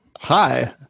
Hi